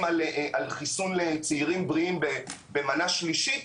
על חיסון לצעירים בריאים במנה שלישית,